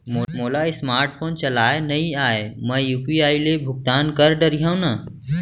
मोला smart phone चलाए नई आए मैं यू.पी.आई ले भुगतान कर डरिहंव न?